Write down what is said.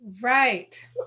Right